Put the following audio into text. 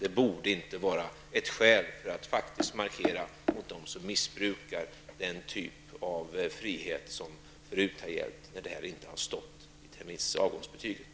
Det borde inte vara ett skäl för att faktiskt markera gentemot dem som missbrukar den typ av frihet som förut gällde, när frånvaron inte stod registrerad i avgångsbetyget.